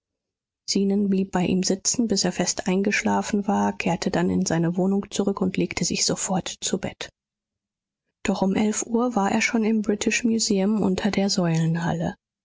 zenon blieb bei ihm sitzen bis er fest eingeschlafen war kehrte dann in seine wohnung zurück und legte sich sofort zu bett doch um elf uhr war er schon im british museum unter der säulenhalle